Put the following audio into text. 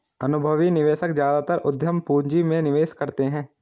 अनुभवी निवेशक ज्यादातर उद्यम पूंजी में निवेश करते हैं